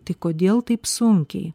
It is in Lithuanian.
tai kodėl taip sunkiai